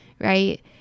Right